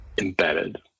embedded